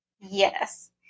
Yes